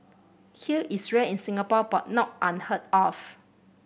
hail is rare in Singapore but not unheard of